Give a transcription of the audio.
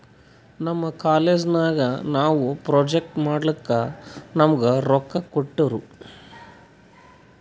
ನಮ್ ಕಾಲೇಜ್ ನಾಗ್ ನಾವು ಪ್ರೊಜೆಕ್ಟ್ ಮಾಡ್ಲಕ್ ನಮುಗಾ ರೊಕ್ಕಾ ಕೋಟ್ಟಿರು